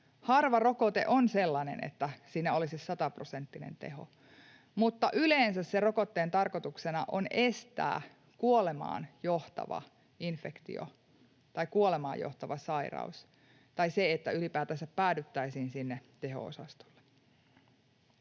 Harva rokote on sellainen, että siinä olisi sataprosenttinen teho, mutta yleensä sen rokotteen tarkoituksena on estää kuolemaan johtava infektio tai kuolemaan johtava sairaus tai se, että ylipäätänsä päädyttäisiin sinne teho-osastolle.